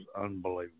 unbelievable